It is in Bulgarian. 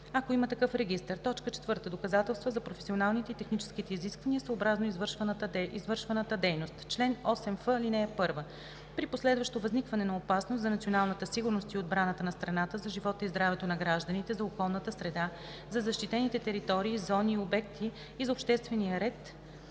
ако има такъв регистър; 4. доказателства за професионалните и техническите изисквания съобразно извършваната дейност. Чл. 8ф. (1) При последващо възникване на опасност за националната сигурност и отбраната на страната, за живота и здравето на гражданите, за околната среда, за защитените територии, зони и обекти и за обществения ред